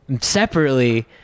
separately